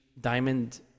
diamond